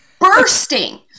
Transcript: bursting